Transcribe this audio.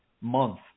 month